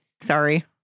Sorry